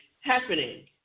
happening